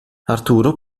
arturo